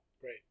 Great